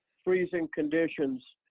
freezing conditions